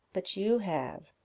but you have.